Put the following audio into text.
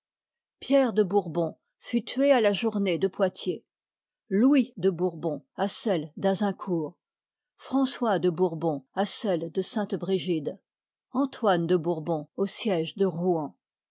pierre de bourbon fut tué à la journée de poitiers louis de bourbon à celle d'azincourt françois de bourbon à celle de sainte brigide antoine de bourbon au siège de rouen